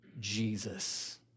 Jesus